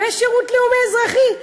ויש שירות לאומי אזרחי,